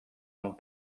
amb